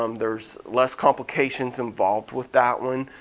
um there's less complications involved with that one.